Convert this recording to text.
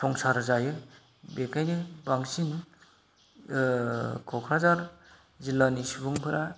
संसार जायो बेखायनो बंसिन क'क्राझार जिल्लानि सुबुंफोरा